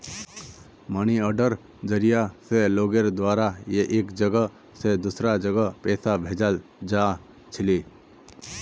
money आर्डरेर जरिया स लोगेर द्वारा एक जगह स दूसरा जगहत पैसा भेजाल जा छिले